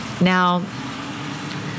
Now